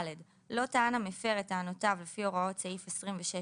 לא טען המפר את טענותיו לפי הוראות סעיף 26יא,